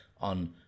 on